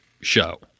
show